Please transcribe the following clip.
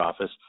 office